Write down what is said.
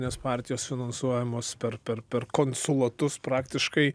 nes partijos finansuojamos per per per konsulatus praktiškai